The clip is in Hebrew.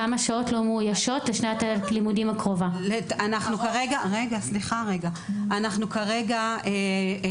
כמה שעות לא מאוישות לשנת הלימודים הקרובה?) כרגע אנחנו במאמצים